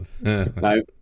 no